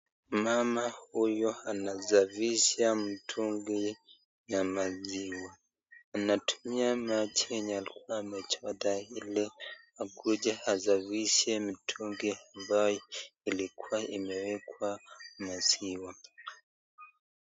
Mama huyu anasafisha mtungi ya maziwa, anatumia maji yenye alikua amechota ili akuje asafishe mitungi ambaye ilikua imewekwa maziwa.